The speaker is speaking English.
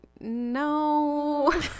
No